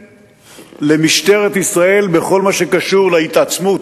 למשטרת ישראל בכל מה שקשור להתעצמות,